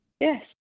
Yes